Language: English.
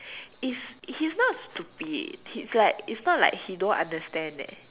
is he's not stupid he's like it's not like he don't understand eh